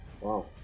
wow